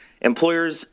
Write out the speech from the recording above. Employers